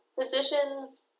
physicians